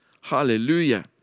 Hallelujah